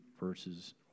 verses